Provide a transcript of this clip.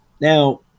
Now